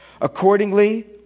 Accordingly